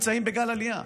ואנחנו נמצאים בגל עלייה.